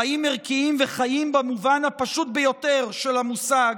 חיים ערכיים וחיים במובן הפשוט ביותר של המושג,